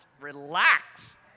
Relax